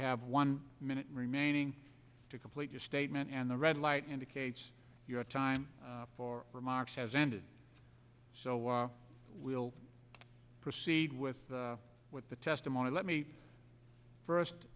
have one minute remaining to complete your statement and the red light indicates your time for remarks has ended so i will proceed with with the testimony let me first